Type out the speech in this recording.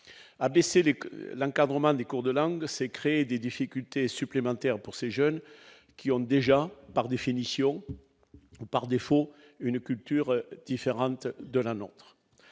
Abaisser l'encadrement des cours de langue, c'est créer des difficultés supplémentaires pour ces jeunes, qui ont déjà, par définition, une culture différente de la nôtre.